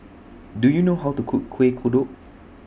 Do YOU know How to Cook Kuih Kodok